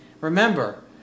Remember